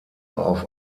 auf